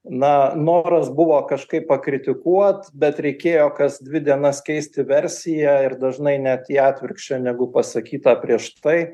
na noras buvo kažkaip pakritikuot bet reikėjo kas dvi dienas keisti versiją ir dažnai net į atvirkščią negu pasakyta prieš tai